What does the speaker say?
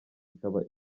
ikaba